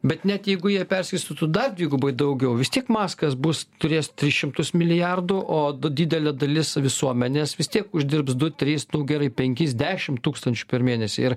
bet net jeigu jie perskirstytų dar dvigubai daugiau vis tiek maskas bus turės tris šimtus milijardų o du didelė dalis visuomenės vis tiek uždirbs du tris gerai penkis dešim tūkstančių per mėnesį ir